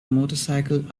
motorcycle